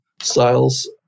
styles